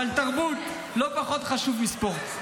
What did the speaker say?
תרבות לא פחות חשובה מספורט.